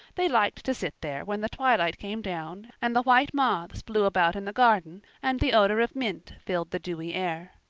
they liked to sit there when the twilight came down and the white moths flew about in the garden and the odor of mint filled the dewy air.